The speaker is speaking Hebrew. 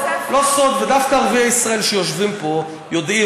ודווקא ערביי ישראל שיושבים פה יודעים,